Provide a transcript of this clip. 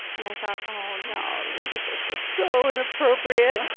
and i thought, oh, no, this this book was so inappropriate.